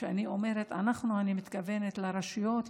כשאני אומרת "אנחנו" אני מתכוונת לרשויות,